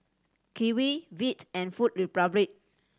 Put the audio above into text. Kiwi Veet and Food Republic